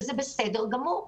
וזה בסדר גמור.